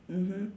mmhmm